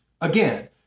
Again